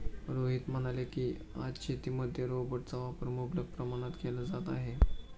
रोहित म्हणाले की, आज शेतीमध्ये रोबोटचा वापर मुबलक प्रमाणात केला जात आहे